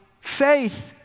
faith